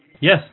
Yes